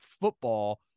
football